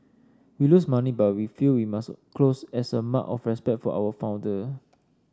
we lose money but we feel we must close as a mark of respect for our founder